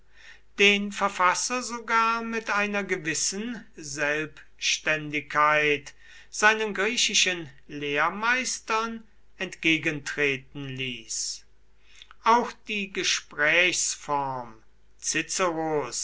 den verfasser sogar mit einer gewissen selbständigkeit seinen griechischen lehrmeistern entgegentreten ließ auch die gesprächsform